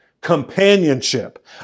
companionship